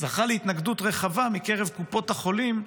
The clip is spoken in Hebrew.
זכה להתנגדות רחבה מקרב קופות החולים,